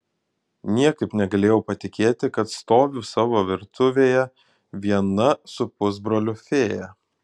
niekaip negalėjau patikėti kad stoviu savo virtuvėje viena su pusbroliu fėja